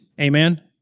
Amen